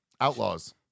Outlaws